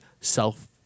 self